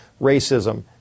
racism